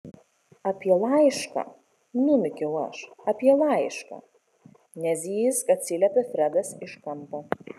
apie laišką numykiau aš apie laišką nezyzk atsiliepė fredas iš kampo